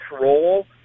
role